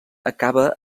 acaba